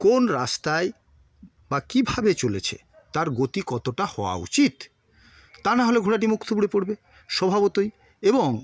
কোন রাস্তায় বা কীভাবে চলেছে তার গতি কতটা হওয়া উচিত তা না হলে ঘোড়াটি মুখ থুবড়ে পড়বে স্বভাবতই এবং